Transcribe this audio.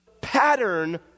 pattern